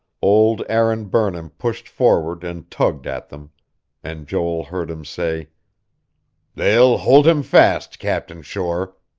old aaron burnham pushed forward and tugged at them and joel heard him say they'll hold him fast, captain shore.